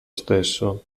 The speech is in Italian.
stesso